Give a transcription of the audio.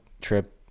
trip